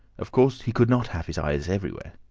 of course, he could not have his eyes everywhere.